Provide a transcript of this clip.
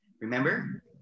Remember